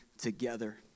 together